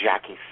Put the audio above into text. Jackie